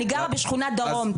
אני גרה בשכונת דרום,